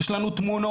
יש לנו תמונות,